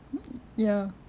a'ah ya